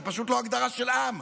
זו פשוט לא הגדרה של עם.